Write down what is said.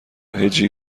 هجی